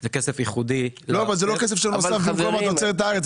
זה כסף ייחודי -- אבל זה לא כסף שנוסף במקום על תוצרת הארץ,